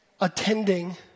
attending